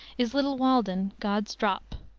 is little walden god's drop.